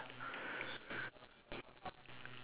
so she sc~ scold me t~ scold me out lah